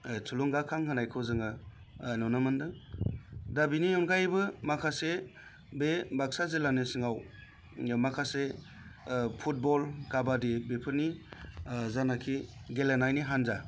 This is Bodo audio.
थुलुंगाखां होनायखौ जोङो नुनो मोनदों दा बेनि अनगायैबो माखासे बे बाक्सा जिल्लानि सिङाव माखासे फुटबल काबादि बेफोरनि जानाखि गेलेनायनि हान्जा